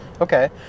Okay